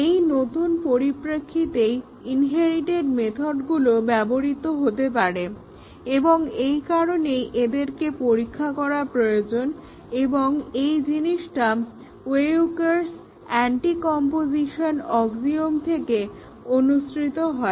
এই নতুন পরিপ্রেক্ষিতেই ইনহেরিটেড মেথডগুলো ব্যবহৃত হতে পারে এবং এই কারণেই এদেরকে পরীক্ষা করা প্রয়োজন এবং এই জিনিসটা Weyuker's anticomposition axiom Weyukars Anticomposition axiom থেকে অনুসৃত হয়